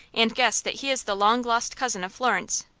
and guess that he is the long-lost cousin of florence.